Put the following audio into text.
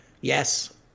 yes